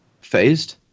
phased